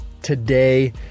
Today